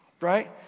right